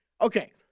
Okay